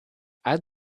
add